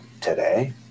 today